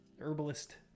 herbalist